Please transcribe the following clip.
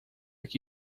que